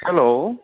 hello